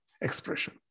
expression